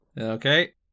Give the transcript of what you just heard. Okay